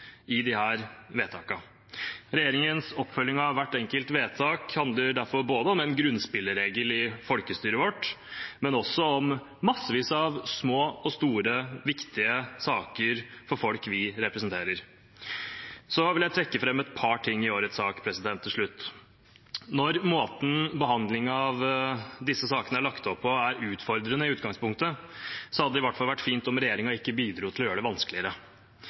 i disse vedtakene. Regjeringens oppfølging av hvert enkelt vedtak handler derfor om en grunnspilleregel i folkestyret vårt, men også om massevis av små og store viktige saker for folk vi representerer. Så vil jeg til slutt trekke fram et par ting i årets sak. Når måten behandlingen av disse sakene er lagt opp på, er utfordrende i utgangspunktet, hadde det i hvert fall vært fint om regjeringen ikke bidro til å gjøre det vanskeligere.